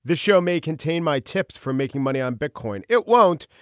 the show may contain my tips for making money on bitcoin. it won't.